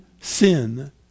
sin